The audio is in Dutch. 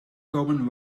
komen